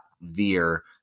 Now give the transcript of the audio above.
veer